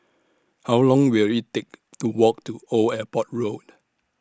How Long Will IT Take to Walk to Old Airport Road